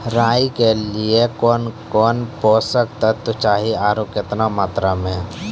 राई के लिए कौन कौन पोसक तत्व चाहिए आरु केतना मात्रा मे?